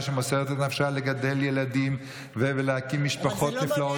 שמוסרת את נפשה לגדל ילדים ולהקים משפחות נפלאות,